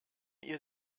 ihr